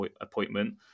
appointment